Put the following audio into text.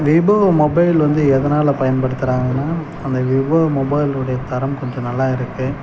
Vivo mobile வந்து எதனால் பயன்படுத்துறாங்கன்னால் அந்த விவோ மொபைலுடைய தரம் கொஞ்சம் நல்லா இருக்குது